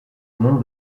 nom